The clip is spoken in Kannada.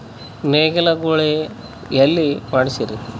ನೇಗಿಲ ಗೂಳಿ ಎಲ್ಲಿ ಮಾಡಸೀರಿ?